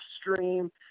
Stream